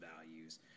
values